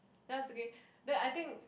that's okay then I think